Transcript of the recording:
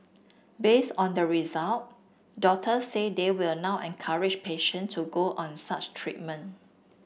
based on the result doctors say they will now encourage patient to go on such treatment